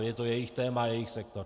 Je to jejich téma, jejich sektor.